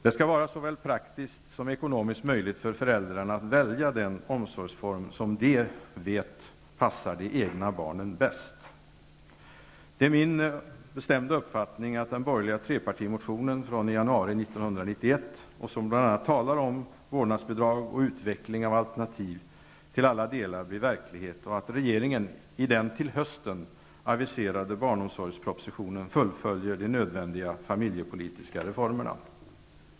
Det skall vara såväl praktiskt som ekonomiskt möjligt för föräldrarna att välja den omsorgsform som de vet passar de egna barnen bäst. Det är min bestämda uppfattning att den borgerliga trepartimotionen från januari 1991, som bl.a. talar om vårdnadsbidrag och utveckling av alternativ, till alla delar blir verklighet och att regeringen i den till hösten aviserade barnomsorgspropositionen fullföljer de nödvändiga familjepolitiska reformerna.